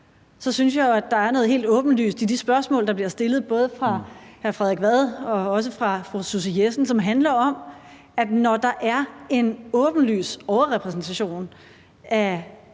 synes jeg jo, at der er noget helt åbenlyst i de spørgsmål, der bliver stillet både af hr. Frederik Vad og også af fru Susie Jessen. Det handler om, at der er en åbenlys overrepræsentation af